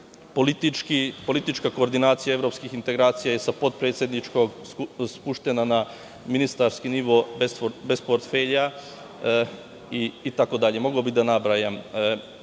politička koordinacija evropskih integracija je sa potpredsedničkog spuštena na ministarski nivo bez portfelja, itd. Mogao bih da nabrajam. Gospođa